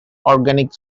organic